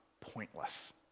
pointless